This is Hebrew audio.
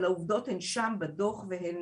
אבל העובדות הן שם בדו"ח והן